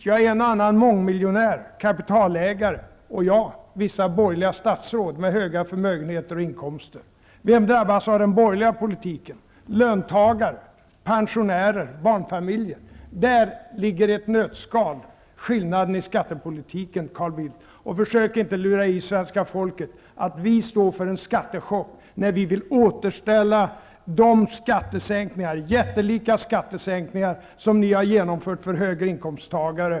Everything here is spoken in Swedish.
Ja, en och annan mångmiljonär och kapitalägare, jag, vissa borgerliga statsråd med stora förmögenheter och höga inkomster. Vem drabbas av den borgerliga politiken? Det gör löntagare, pensionärer och barnfamiljer. Där ligger i ett nötskal skillnaden i skattepolitiken, Carl Bildt. Och försök inte lura i svenska folket att vi står för en skattechock, när vi vill återställa de jättelika skattesänkningar som ni har genomfört för högre inkomsttagare.